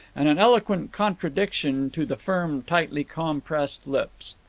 and an eloquent contradiction to the firm, tightly compressed lips.